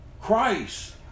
Christ